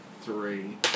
three